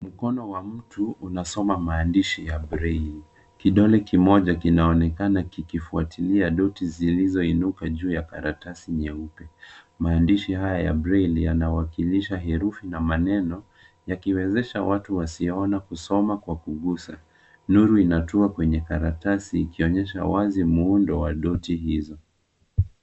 Mkono wa mtu unasoma maandishi ya Braille , kidole kimoja kinaonekana kikifuatilia doti zilizoinuka juu ya karatasi nyeupe. Maandishi haya ya Braille yanawakilisha herufi na maneno, yakiwezesha watu wasioweza kuona kwa kugusa. Nuru inatua kwenye karatasi, ikionyesha wazi muundo wa doti hizi.